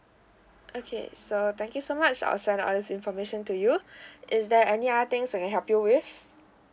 okay so thank you so much I'll send all this information to you is there any other things I can help you with